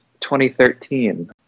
2013